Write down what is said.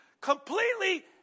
completely